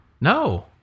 No